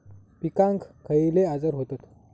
पिकांक खयले आजार व्हतत?